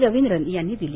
रवींद्रन यांनी दिली